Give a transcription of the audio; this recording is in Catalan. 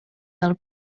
del